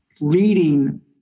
leading